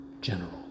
general